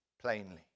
plainly